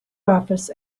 office